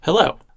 Hello